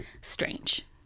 strange